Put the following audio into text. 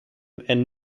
and